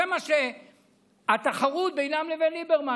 זו התחרות בינם לבין ליברמן.